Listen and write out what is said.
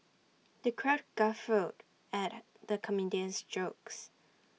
the crowd guffawed at the comedian's jokes